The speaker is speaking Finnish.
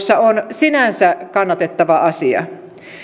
sinänsä hyvin kannatettava asia